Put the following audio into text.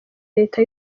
leta